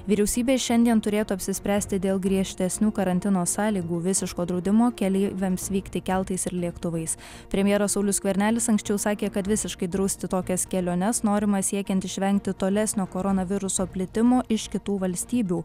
vyriausybė šiandien turėtų apsispręsti dėl griežtesnių karantino sąlygų visiško draudimo keleiviams vykti keltais ir lėktuvais premjeras saulius skvernelis anksčiau sakė kad visiškai drausti tokias keliones norima siekiant išvengti tolesnio koronaviruso plitimo iš kitų valstybių